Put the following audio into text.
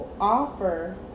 offer